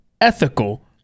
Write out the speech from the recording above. ethical